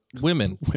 women